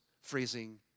freezing